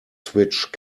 switch